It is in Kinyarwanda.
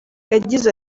yagize